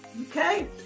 Okay